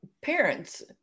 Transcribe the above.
parents